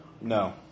No